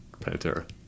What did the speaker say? Pantera